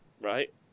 right